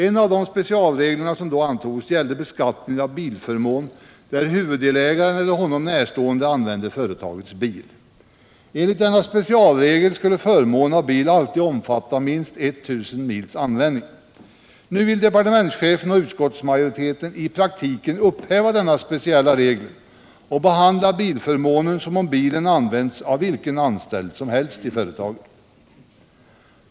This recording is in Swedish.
En av de specialregler som antogs gällde beskattning av bilförmån när huvuddelägaren eller honom närstående använde företagets bil. Enligt denna specialregel skulle förmånen av bil alltid omfatta minst 1 000 mils körning. Nu vill departementschefen och utskottsmajoriteten i praktiken upphäva denna speciella regel och behandla bilförmånen som om bilen används av vilken anställd som helst i företaget.